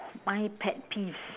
my pet peeves